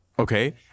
Okay